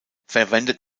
verwendet